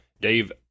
Dave